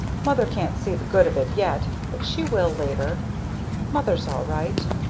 mother can't see the good of it yet, but she will later mother's all right.